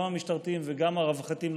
גם המשטרתיים וגם הרווחתיים,